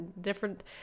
different